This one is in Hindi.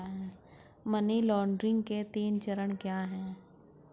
मनी लॉन्ड्रिंग के तीन चरण क्या हैं?